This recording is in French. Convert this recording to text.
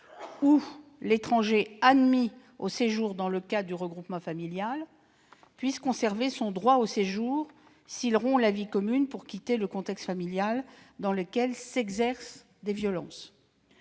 ou l'étranger admis au séjour dans le cadre du regroupement familial puissent conserver leur droit au séjour s'ils rompent la vie commune pour quitter le contexte familial dans lequel s'exercent des violences.